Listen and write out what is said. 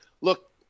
Look